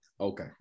Okay